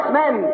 men